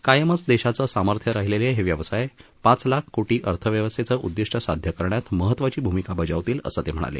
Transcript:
कायमच देशाचं सामर्थ्य राहीलेले हे व्यवसाय पाच लाख कोटी अर्थव्यवस्थेचं उद्दीष्ट साध्य करण्यात महत्त्वाची भूमिका बजावतील असं ते म्हणाले